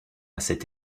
cette